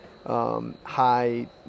High